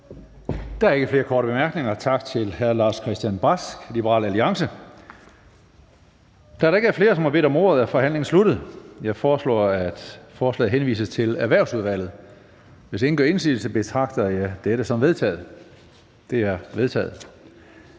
Der er ikke flere korte bemærkninger. Tak til hr. Lars-Christian Brask, Liberal Alliance. Da der ikke er flere, som har bedt om ordet, er forhandlingen sluttet. Jeg foreslår, at forslaget til folketingsbeslutning henvises til Erhvervsudvalget. Hvis ingen gør indsigelse, betragter jeg dette som vedtaget. Det er vedtaget.